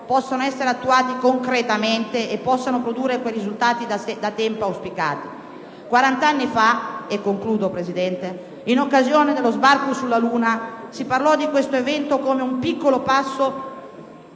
possano essere attuati concretamente e possano produrre quei risultati da tempo auspicati. Quarant'anni fa, in occasione dello sbarco sulla luna, si parlò di questo evento come di un piccolo passo